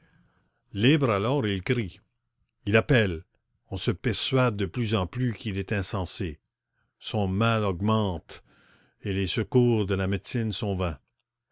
libre alors il crie il appelle on se persuade de plus en plus qu'il est insensé son mal augmente et les secours de la médecine sont vains